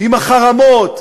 עם החרמות.